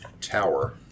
tower